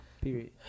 Period